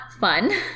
fun